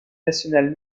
nationale